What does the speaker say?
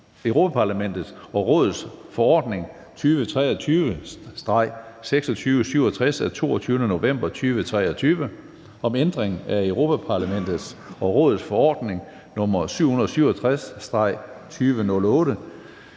Europa-Parlamentets og Rådets forordning (EU) 2023/2667 af 22. november 2023 om ændring af Europa-Parlamentets og Rådets forordning (EF) nr. 767/2008,